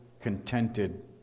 contented